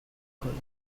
کنید